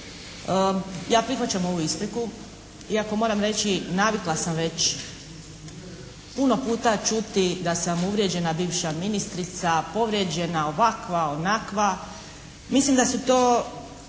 Ja prihvaćam ovu ispriku, iako moram reći navikla sam već puno puta čuti da sam uvrijeđena bivša ministrica, povrijeđena, ovakva, onakva. Mislim da su to